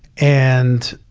and